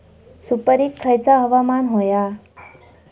सुपरिक खयचा हवामान होया?